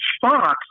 fox